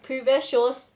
previous shows